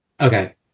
okay